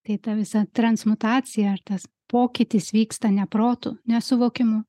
tai ta visa transmutacija ar tas pokytis vyksta ne protu ne suvokimu